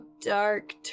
dark